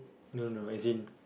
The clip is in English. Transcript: no no no as in